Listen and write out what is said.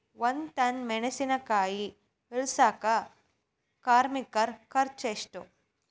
ಒಂದ್ ಟನ್ ಮೆಣಿಸಿನಕಾಯಿ ಇಳಸಾಕ್ ಕಾರ್ಮಿಕರ ಖರ್ಚು ಎಷ್ಟು?